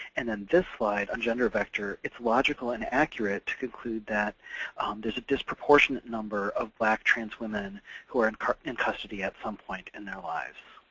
and then this slide on gender vector, it's logical and accurate to conclude that there's a disproportionate number of black trans women who are in in custody at some point in their lives.